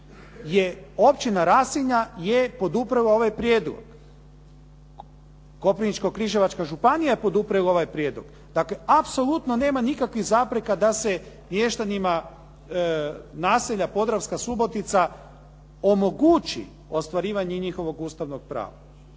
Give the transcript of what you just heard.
općina Rasinja je poduprla ovaj prijedlog. Koprivničko-križevačka županija je poduprla ovaj prijedlog. Dakle, apsolutno nema nikakvih zapreka da se mještanima naselja Podravska Subotica omogući ostvarivanje njihovog ustavnog prava,